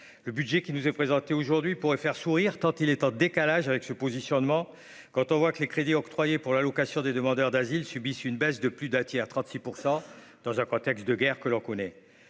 le budget qui nous est présenté aujourd'hui pourrait faire sourire, tant il est en décalage avec ce positionnement quand on voit que les crédits octroyés pour la location des demandeurs d'asile subissent une baisse de plus d'un tiers, 36 % dans un contexte de guerre que l'on connaît,